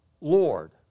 Lord